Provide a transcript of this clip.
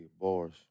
bars